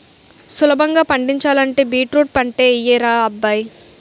సులభంగా పండించాలంటే బీట్రూట్ పంటే యెయ్యరా అబ్బాయ్